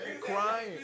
crying